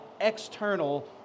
external